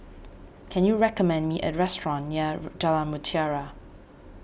can you recommend me a restaurant near Jalan Mutiara